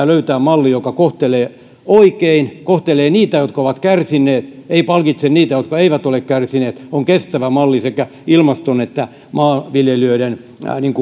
löytää malli joka kohtelee oikein niitä jotka ovat kärsineet ei palkitse niitä jotka eivät ole kärsineet on kestävä malli sekä ilmaston että maanviljelijöiden